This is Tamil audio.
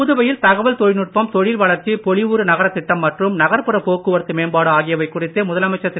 புதுவையில் தகவல் தொழில்நுட்பம் தொழில் வளர்ச்சி பொலிவுறு நகரத்திட்டம் மற்றும் நகர்புற போக்குவரத்து மேம்பாடு ஆகியவை குறித்து முதலமைச்சர் திரு